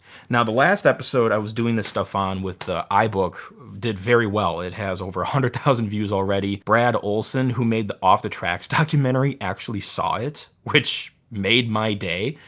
now the last episode i was doing this stuff on with the ibook did very well. it has over one hundred thousand views already. brad olsen, who made the off the tracks documentary actually saw it which made my day.